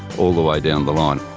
all the way down the line.